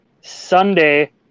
Sunday